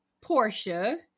Portia